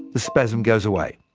the spasm goes away.